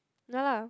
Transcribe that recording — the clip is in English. no lah